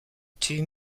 tue